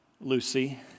Lucy